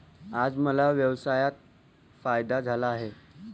आज मला व्यवसायात फायदा झाला आहे